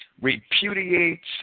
repudiates